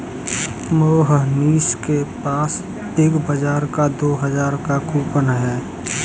मोहनीश के पास Big Bazaar का दो हजार का कूपन है